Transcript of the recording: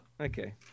Okay